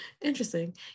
interesting